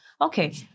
okay